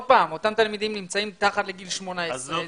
אותם תלמידים נמצאים מתחת לגיל 18,